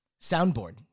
soundboard